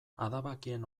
adabakien